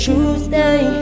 Tuesday